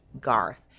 garth